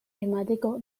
emateko